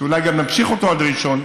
שאולי גם נמשיך אותו עד ראשון,